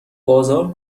بازار